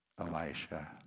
Elisha